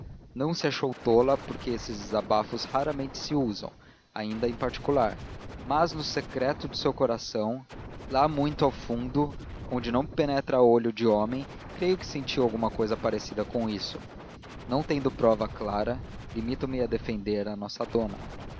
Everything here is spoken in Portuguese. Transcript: não se chamou tola porque esses desabafos raramente se usam ainda em particular mas no secreto do coração lá muito ao fundo onde não penetra olho de homem creio que sentiu alguma cousa parecida com isso não tendo prova clara limito-me a defender a nossa dona